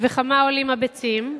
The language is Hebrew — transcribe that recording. וכמה עולות הביצים,